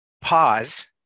pause